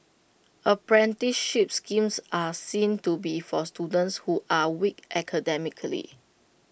apprenticeship schemes are seen to be for students who are weak academically